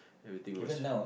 everything was